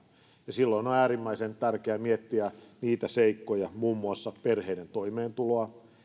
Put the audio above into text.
silloin on äärimmäisen tärkeä miettiä eräitä seikkoja muun muassa perheiden toimeentuloa